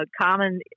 common